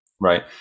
right